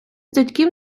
дядьків